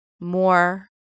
more